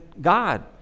God